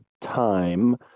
time